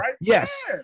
Yes